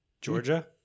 Georgia